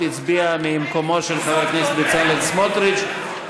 הצביעה ממקומו של חבר הכנסת בצלאל סמוטריץ.